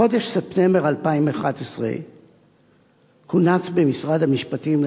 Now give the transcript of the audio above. בחודש ספטמבר 2011 כונס במשרד המשפטים,